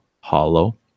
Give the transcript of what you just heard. hollow